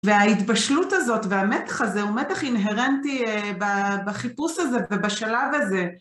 וההתבשלות הזאת והמתח הזה הוא מתח אינהרנטי בחיפוש הזה ובשלב הזה.